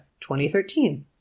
2013